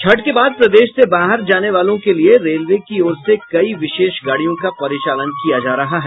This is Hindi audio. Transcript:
छठ के बाद प्रदेश से बाहर जाने वालों के लिए रेलवे की ओर से कई विशेष गाड़ियों का परिचालन किया जा रहा है